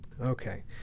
Okay